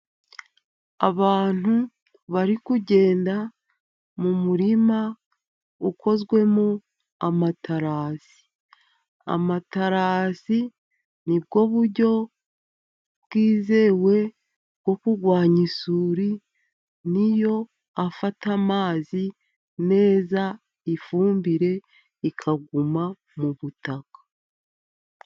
Abantu bari kugenda mu murima ukozwemo amatarasi. Amatarasi ni bwo buryo bwizewe bwo kurwanya isuri, ni yo afata amazi neza, ifumbire ikaguma mu butaka.